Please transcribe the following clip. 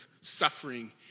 suffering